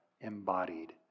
embodied